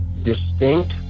distinct